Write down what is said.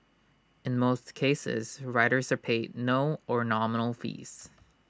in most cases writers are paid no or nominal fees